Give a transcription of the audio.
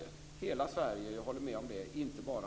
Det gäller hela Sverige - jag håller med om det - och inte bara